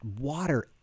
water